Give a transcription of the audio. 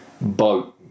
boat